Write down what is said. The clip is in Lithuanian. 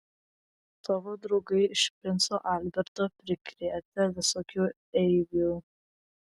tavo draugai iš princo alberto prikrėtę visokių eibių